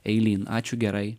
eilyn ačiū gerai